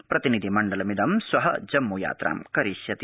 प्रतिनिधिमण्डलमिद श्व जम्मू यात्रा करिष्यति